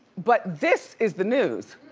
but this is the news.